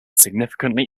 significantly